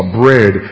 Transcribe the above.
bread